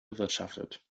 bewirtschaftet